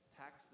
tax